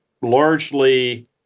largely